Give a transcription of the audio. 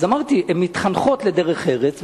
ואז אמרתי: הן מתחנכות לדרך-ארץ,